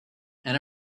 and